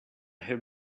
have